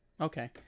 okay